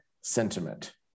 sentiment